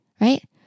Right